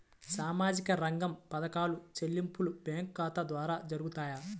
సామాజిక రంగ పథకాల చెల్లింపులు బ్యాంకు ఖాతా ద్వార జరుగుతాయా?